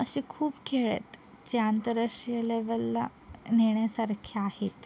असे खूप खेळ आहेत जे आंतरराष्ट्रीय लेवलला नेण्यासारखे आहेत